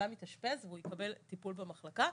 הבנאדם יתאשפז והוא יקבל טיפול במחלקה,